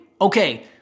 okay